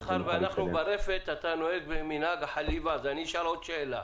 מאחר שאנחנו ברפת אתה נוהג מנהל החליבה אז אני אשאל עוד שאלה: